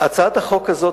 הצעת החוק הזאת,